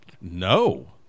no